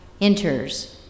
enters